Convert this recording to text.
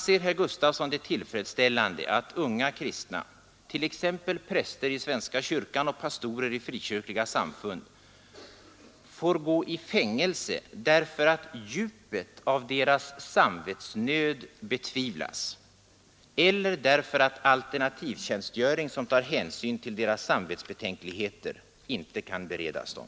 Anser herr Gustavsson det tillfredsställande att unga kristna — t.ex. präster i svenska kyrkan och pastorer i frikyrkliga samfund — får gå i fängelse därför att djupet av deras samvetsnöd betvivlas eller därför att alternativtjänstgöring, som tar hänsyn till deras samvetsbetänkligheter, inte kan beredas dem?